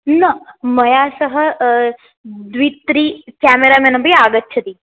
न मया सह द्वित्रि क्यामेरामेन् अपि आगच्छन्ति